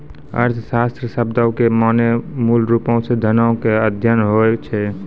अर्थशास्त्र शब्दो के माने मूलरुपो से धनो के अध्ययन होय छै